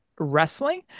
wrestling